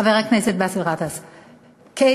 חבר הכנסת באסל גטאס, כן,